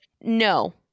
no